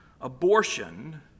abortion